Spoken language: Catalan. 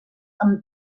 amb